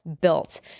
built